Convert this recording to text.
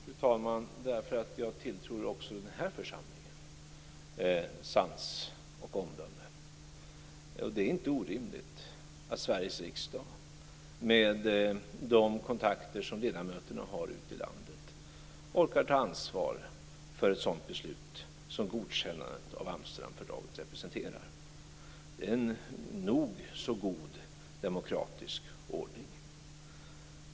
Fru talman! Därför att jag tilltror också den här församlingen sans och omdöme. Det är inte orimligt att Sveriges riksdag, med de kontakter som ledamöterna har ute i landet, orkar ta ansvar för ett sådant beslut som godkännandet av Amsterdamfördraget representerar. Det är en nog så god demokratisk ordning.